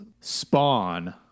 Spawn